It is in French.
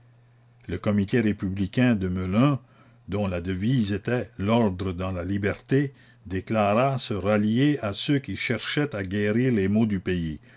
le comité républicain de melun dont la devise était l'ordre dans la liberté déclara se rallier à ceux qui cherchaient à guérir les maux du pays